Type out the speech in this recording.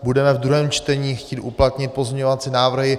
Budeme v druhém čtení chtít uplatnit pozměňovací návrhy.